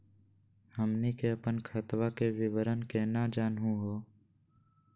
हमनी के अपन खतवा के विवरण केना जानहु हो?